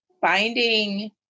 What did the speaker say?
finding